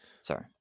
Sorry